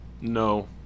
No